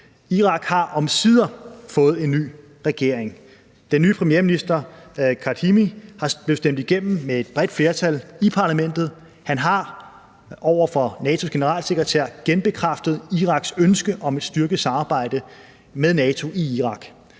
Irak har omsider fået en ny regering. Den nye premierminister, Mustafa Al-Kadhimi, blev stemt igennem med et bredt flertal i parlamentet, og han har over for NATO's generalsekretær genbekræftet Iraks ønske om et styrket samarbejde med NATO i Irak.